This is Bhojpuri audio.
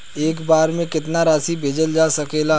एक बार में केतना राशि भेजल जा सकेला?